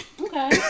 Okay